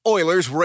Oilers